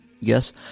yes